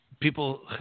people